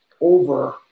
over